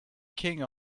king